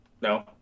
No